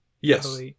Yes